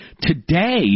today